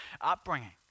upbringing